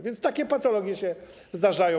Więc takie patologie się zdarzają.